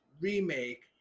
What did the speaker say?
remake